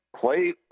play